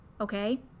okay